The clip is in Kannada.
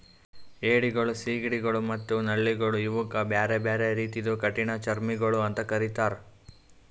ಏಡಿಗೊಳ್, ಸೀಗಡಿಗೊಳ್ ಮತ್ತ ನಳ್ಳಿಗೊಳ್ ಇವುಕ್ ಎಲ್ಲಾ ಬ್ಯಾರೆ ಬ್ಯಾರೆ ರೀತಿದು ಕಠಿಣ ಚರ್ಮಿಗೊಳ್ ಅಂತ್ ಕರಿತ್ತಾರ್